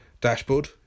dashboard